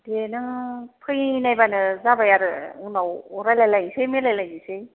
दे नों फैनायब्लानो जाबाय आरो उनाव रायज्लाय लायसै मिलायलायसै